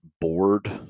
bored